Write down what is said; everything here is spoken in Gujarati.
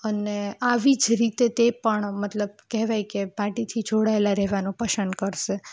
અને આવી જ રીતે તે પણ મતલબ કહેવાય કે માટીથી જોડાયેલા રહેવાનું પસંદ કરશે